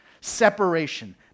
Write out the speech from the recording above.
separation